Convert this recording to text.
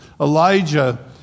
Elijah